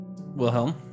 Wilhelm